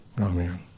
Amen